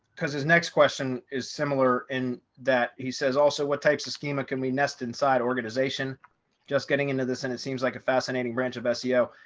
because this next question is similar in that he says also what types of schema? can we nest inside organization just getting into this and it seems like a fascinating branch of seo.